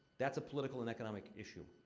that's a political and economic issue.